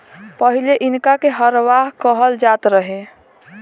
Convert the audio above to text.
पहिले इनका के हरवाह कहल जात रहे